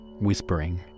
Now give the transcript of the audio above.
whispering